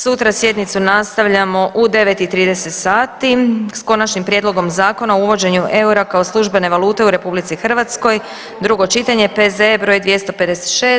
Sutra sjednicu nastavljamo u 9,30 sati s Konačni prijedlog Zakona o uvođenju eura kao službene valute u RH, drugo čitanje, P.Z.E. br. 256.